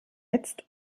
jetzt